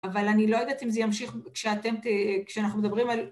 אבל אני לא יודעת אם זה ימשיך כשאתם, כשאנחנו מדברים על...